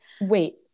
wait